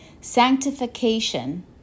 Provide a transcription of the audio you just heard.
Sanctification